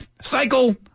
cycle